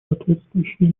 соответствующие